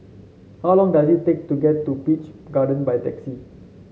how long does it take to get to Peach Garden by taxi